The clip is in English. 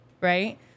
Right